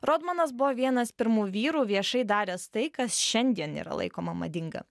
rodmanas buvo vienas pirmų vyrų viešai daręs tai kas šiandien yra laikoma madinga